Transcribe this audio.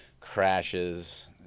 crashes